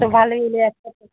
তো ভালোই হলো একসাথে